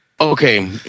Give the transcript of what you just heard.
Okay